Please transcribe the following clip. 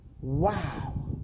wow